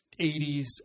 80s